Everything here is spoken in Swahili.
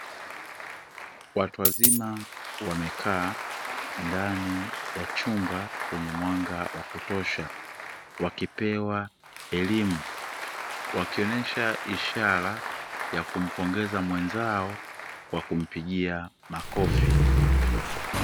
Watu wazima wamekaa ndani ya chumba chenye mwanga wa kutosha wakipewa elimu, wakionesha ishara ya kumpongeza mwenzao kwa kumpigia makofi.